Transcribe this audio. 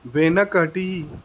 వెనకటి